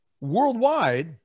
worldwide